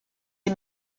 est